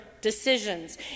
decisions